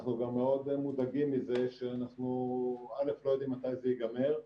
אנחנו גם מאוד מודאגים מזה שאנחנו לא יודעים מתי זה ייגמר,